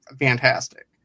fantastic